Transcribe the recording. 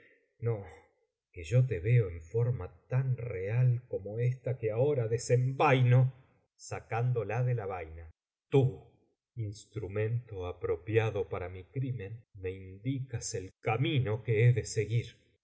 no que yo te veo en forma tan real como esta que ahora desenvaino sacándola de la vaina tú instrumento apropiado para mi crimen me indicas el camino que he de seguir